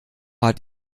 hat